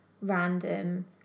random